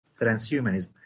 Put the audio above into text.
transhumanism